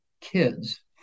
kids